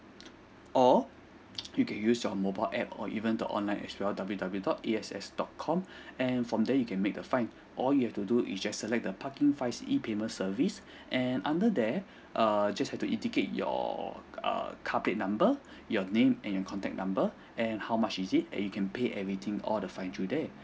or you can use your mobile app or even the online as well W_W dot A_X_S dot com and from there you can make the fine all you have to do you just select the parking fines E payment service and under there err just have to indicate your err car plate number your name and your contact number and how much is it and you can pay everything all the fine through there